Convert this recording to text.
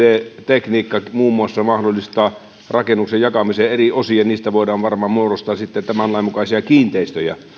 tekniikka muun muassa mahdollistaa rakennuksen jakamisen eri osiin ja niistä voidaan varmasti muodostaa sitten tämän lain mukaisia kiinteistöjä